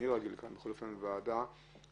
יודעים שאפשר